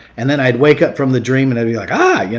and then i'd wake up from the dream and it'd be like, aah! yeah